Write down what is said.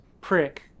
prick